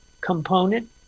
component